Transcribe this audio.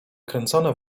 kręcone